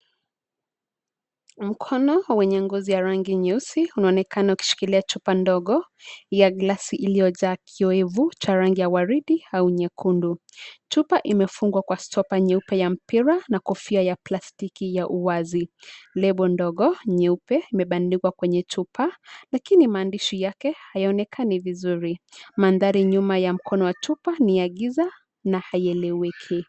Mkono wenye ngozi ya rangi nyeusi unaonekana ukishikilia chupa ndogo ya glasi iliyojaa kioevu cha rangi ya waridi au nyekundu. Chupa imefungwa kwa stopper nyeupe ya mpira na kofia ya plastiki ya uwazi. Lebo ndogo nyeupe imebandikwa kwenye chupa lakini maandishi yake hayaonekani vizuri. Mandhari nyuma ya mkono wa chupa ni ya giza na haieleweki.